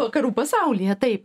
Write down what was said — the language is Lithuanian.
vakarų pasaulyje taip